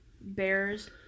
bears